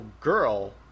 girl